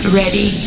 ready